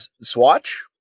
swatch